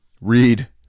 Read